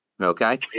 okay